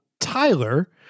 Tyler